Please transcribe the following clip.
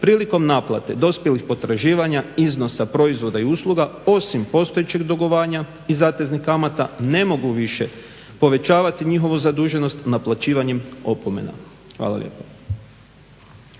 prilikom naplate dospjelih potraživanja iznosa proizvoda i usluga osim postojećeg dugovanja i zateznih kamata ne mogu više povećavati njihovu zaduženost naplaćivanjem opomena. Hvala lijepa.